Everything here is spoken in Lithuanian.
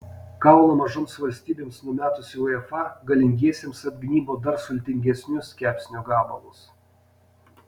kaulą mažoms valstybėms numetusi uefa galingiesiems atgnybo dar sultingesnius kepsnio gabalus